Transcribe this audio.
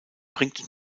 bringt